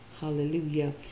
Hallelujah